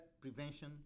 prevention